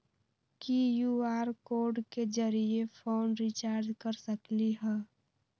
QR code के जरिय phone recharge कर सकली ह?